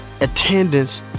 attendance